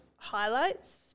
highlights